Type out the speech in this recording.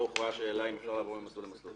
הוכרעה השאלה אם אפשר לעבור ממסלול למסלול.